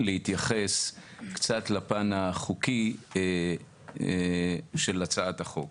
להתייחס קצת לפן החוקי של הצעת החוק.